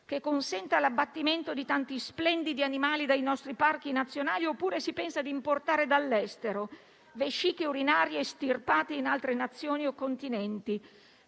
che consenta l'abbattimento di tanti splendidi animali dai nostri parchi nazionali, oppure si pensa di importare dall'estero vesciche urinarie estirpate in altre Nazioni o continenti?